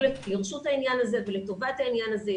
לרשות העניין הזה ולטובת העניין הזה.